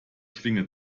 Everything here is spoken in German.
schlinge